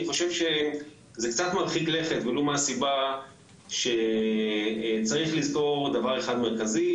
אני חושב שזה קצת מרחיק לכת ולו מהסיבה שצריך לזכור דבר אחד מרכזי,